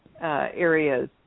areas